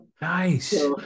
Nice